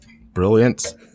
Brilliant